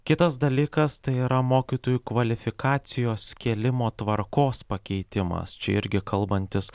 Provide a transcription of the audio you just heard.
kitas dalykas tai yra mokytojų kvalifikacijos kėlimo tvarkos pakeitimas čia irgi kalbantis